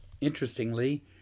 interestingly